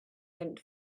went